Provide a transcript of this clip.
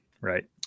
right